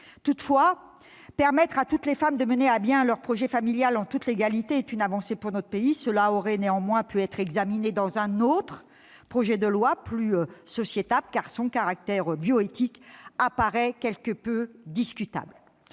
portée. Permettre à toutes les femmes de mener à bien leur projet familial en toute légalité est une avancée pour notre pays. Cette mesure aurait pu être examinée dans un autre projet de loi, plus sociétal ... C'est vrai ! En effet, son caractère bioéthique apparaît quelque peu discutable.